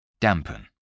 Dampen